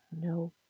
No